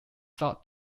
sought